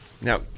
Now